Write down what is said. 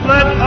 Let